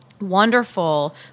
wonderful